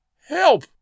Help